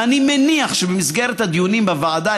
ואני מניח שבמסגרת הדיונים בוועדה,